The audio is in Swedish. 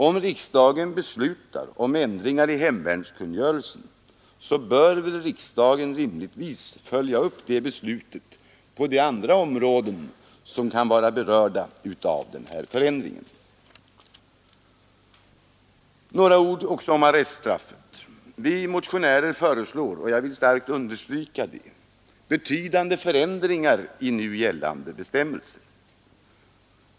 Om riksdagen beslutar ändringar i hemvärnskungörel sen, bör väl riksdagen rimligtvis följa upp det beslutet på de andra Jag vill också säga några ord om arreststraffet. Vi motionärer föreslår och jag vill starkt understryka det betydande förändringar i nu gällande bestämmelser.